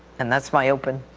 and that's my open.